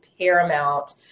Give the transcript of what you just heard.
paramount